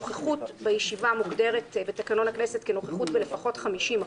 נוכחות בישיבה מוגדרת בתקנון הכנסת כנוכחות בלפחות 50%,